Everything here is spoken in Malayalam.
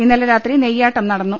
ഇന്നലെ രാത്രി നെയ്യാട്ടം നടന്നു